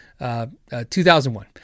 2001